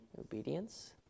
Obedience